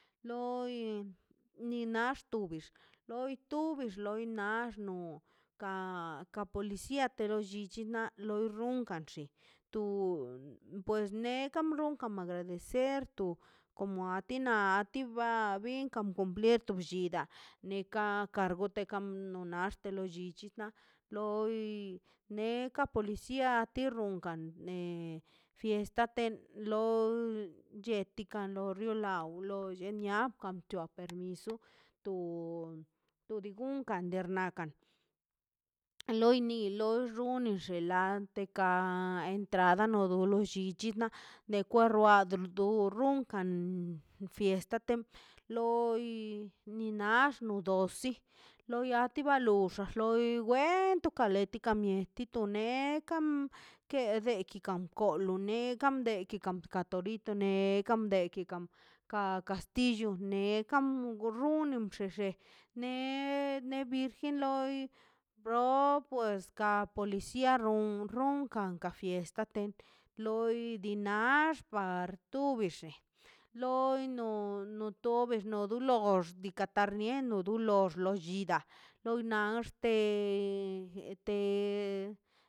Loi ni nax tubix loi nax no ka policia pero lo llichi na runkan shi pues nekan agradecer to komo a ti na tiba bin kompleto llidaꞌ ne ka kargote no naxtelo llichita bui neka porlicia a ti ru kan ne fiesta te lo chetika lo rio law loll eniab ka c̱hua permiso ton digankan ernakan loi ni loi xun oni xen lad teka entrada no lo dol lo llichi na rekwadro andruru fiesta te loi ni nax no dosi loi a ti ba loxa loi wento ka le tika mietu nekan kede ti kan lo luneka de tikan torito ne diki kam kastillo ne kam runo llexe ne no virgen loi bro pues kad policia ron ronkan ka fiestate loi dinax bartubixe loi no no tobe no dulox dika ta nie do lox lo llida loi nax te te.